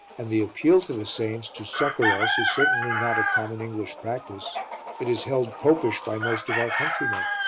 and the appeal to the saints to succour us is certainly not a common english practice it is held popish by most of our countrymen.